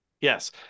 Yes